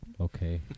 Okay